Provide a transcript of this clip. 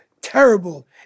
terrible